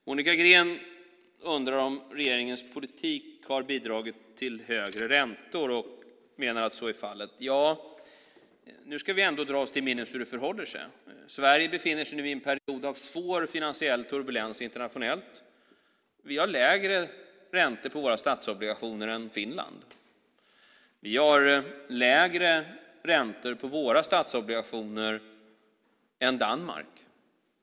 Monica Green undrar om regeringens politik har bidragit till högre räntor, och menar att så är fallet. Nu ska vi ändå dra oss till minnes hur det förhåller sig. Sverige befinner sig nu i en period av svår finansiell turbulens internationellt. Vi har lägre räntor på våra statsobligationer än Finland. Vi har lägre räntor på våra statsobligationer än Danmark.